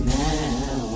now